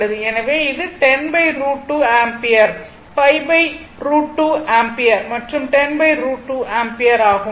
எனவே இது 10√ 2 ampere 5 √ 2 ampere மற்றும் 10√2 ஆம்பியர் ஆகும்